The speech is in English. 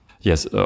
yes